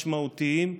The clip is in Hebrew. משמעותיים.